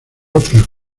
otros